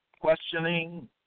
questioning